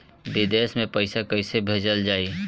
विदेश में पईसा कैसे भेजल जाई?